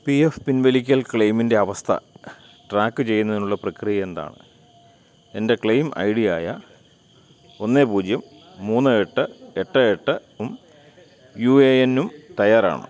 P F പിൻവലിക്കൽ ക്ലെയിമിൻ്റെ അവസ്ഥ ട്രാക്കു ചെയ്യുന്നതിനുള്ള പ്രക്രിയ എന്താണ് എൻ്റെ ക്ലെയിം ഐഡിയായ ഒന്ന് പൂജ്യം മൂന്ന് എട്ട് എട്ട് എട്ട് യു എ എന്നും തയ്യാറാണ്